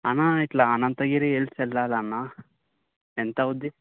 అన్న ఇట్లా అనంతగిరి హిల్స్ వెళ్ళాలి అన్న ఎంత అవుతుంది